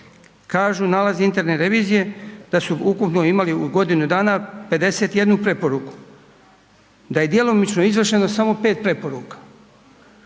Kažu nalazi interne revizije, da su ukupno imali u godinu dana 51 preporuku, da je djelomično izvršeno samo 5 preporuka